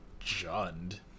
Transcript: Jund